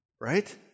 right